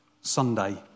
Sunday